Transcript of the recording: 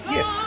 Yes